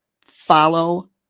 follow